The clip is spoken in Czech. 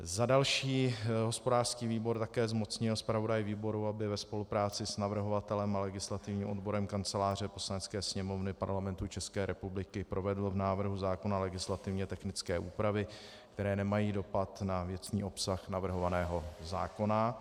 Za další hospodářský výbor také zmocnil zpravodaje výboru, aby ve spolupráci s navrhovatelem a legislativním odborem Kanceláře Poslanecké sněmovny Parlamentu České republiky provedl v návrhu zákona legislativně technické úpravy, které nemají dopad na věcný obsah navrhovaného zákona.